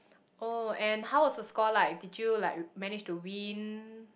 oh and how is the score like did you like manage to win